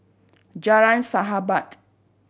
Jalan Sahabat